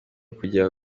kujya